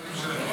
כמה זמן?